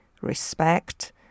respect